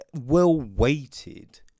well-weighted